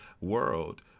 world